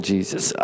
Jesus